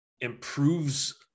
improves